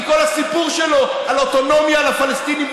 כי כל הסיפור שלו על אוטונומיה לפלסטינים,